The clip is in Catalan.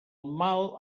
mal